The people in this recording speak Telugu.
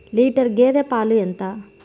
లీటర్ గేదె పాలు ఎంత?